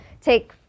take